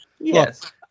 Yes